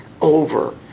over